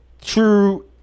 true